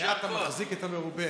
מחזיק את המרובה.